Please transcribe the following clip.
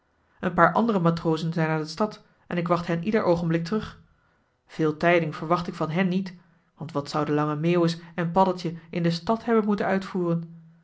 een paar andere matrozen zijn naar de stad en ik wacht hen ieder oogenblik terug veel tijding verwacht ik van hèn niet want wat zouden lange meeuwis en paddeltje in de stad hebben moeten uitvoeren